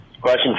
Question